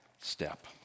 step